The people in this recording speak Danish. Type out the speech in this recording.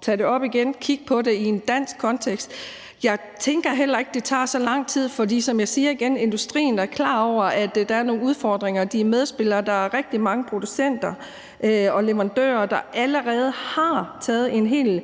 tage det op igen og kigge på det i en dansk kontekst. Jeg tænker heller ikke, at det tager så lang tid, for som jeg siger igen, er industrien klar over, at der er nogle udfordringer – de er medspillere. Og der er rigtig mange producenter og leverandører, der allerede har taget en hel